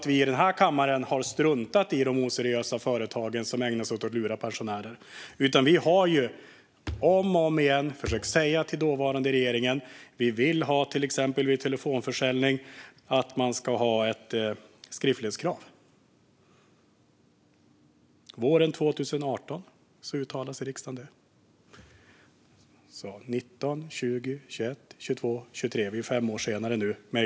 I den här kammaren har vi inte struntat i de oseriösa företag som ägnar sig åt att lura pensionärer. Vi har om och om igen försökt säga till den dåvarande regeringen att vi till exempel vid telefonförsäljning vill ha ett skriftlighetskrav. Våren 2018 uttalade riksdagen detta. Nu har det gått fem år sedan dess.